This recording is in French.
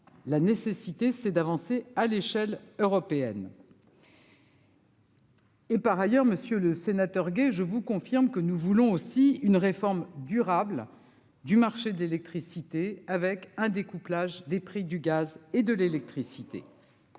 la nécessité, c'est d'avancer à l'échelle européenne. Et par ailleurs, Monsieur le Sénateur, Gay, je vous confirme que nous voulons aussi une réforme durable du marché de l'électricité avec un découplage des prix du gaz et de l'électricité